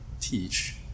teach